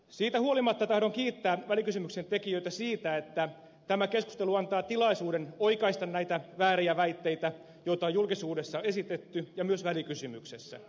siitä huolimatta tahdon kiittää välikysymyksen tekijöitä siitä että tämä keskustelu antaa tilaisuuden oikaista näitä vääriä väitteitä joita on julkisuudessa esitetty ja myös välikysymyksessä